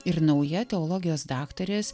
ir nauja teologijos daktarės